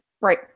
right